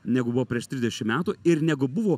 negu buvo prieš trisdešim metų ir negu buvo